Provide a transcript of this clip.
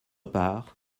part